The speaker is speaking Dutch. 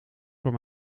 van